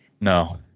No